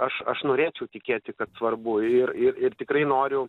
aš aš norėčiau tikėti kad svarbu ir ir ir tikrai noriu